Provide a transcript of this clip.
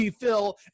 Phil